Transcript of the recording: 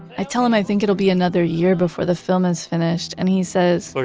i tell him i think it'll be another year before the film is finished and he says,